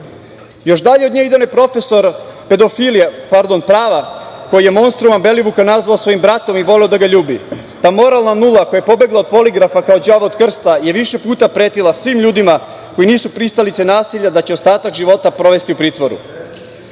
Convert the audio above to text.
dalje od nje ide onaj profesor pedofilije, pardon prava, koji je monstruma Belivuka nazvao svojim bratom i voleo da ga ljubi. Ta moralna nula koja je pobegla od poligrafa kao đavo od krsta je više puta pretila svim ljudima koji nisu pristalice nasilja da će ostatak života provesti u pritvoru. Osim